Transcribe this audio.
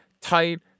tight